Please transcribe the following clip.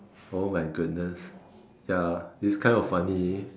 oh my goodness ya its kind of funny